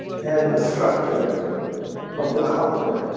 and the structure of the copper.